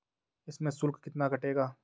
इसमें शुल्क कितना कटेगा?